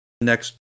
Next